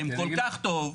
אם כל כך טוב,